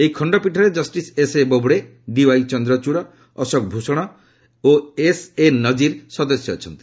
ଏହି ଖଣ୍ଡପୀଠରେ justice S A Bobde D Y Chandrachud Ashok Bhushan ଓ ଏସ ଏ ନଜିର ସଦସ୍ୟ ଅଛନ୍ତି